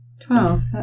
twelve